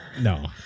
No